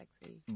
sexy